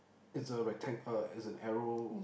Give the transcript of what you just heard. it's a rectang~ uh it's an arrow